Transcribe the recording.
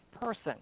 person